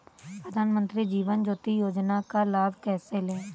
प्रधानमंत्री जीवन ज्योति योजना का लाभ कैसे लें?